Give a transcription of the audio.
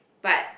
but